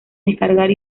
descargar